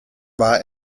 war